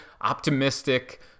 optimistic